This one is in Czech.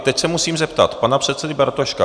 Teď se musím zeptat pana předsedy Bartoška.